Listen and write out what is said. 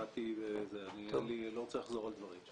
אני לא רוצה לחזור על דברים.